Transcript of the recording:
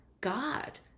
God